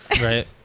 Right